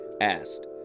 asked